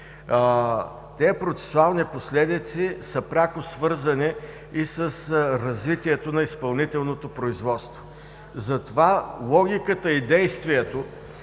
Тези процесуални последици са пряко свързани и с развитието на изпълнителното производство. Затова логиката и действието